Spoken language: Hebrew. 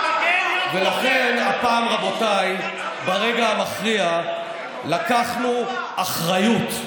לכן הפעם, רבותיי, ברגע המכריע לקחנו אחריות.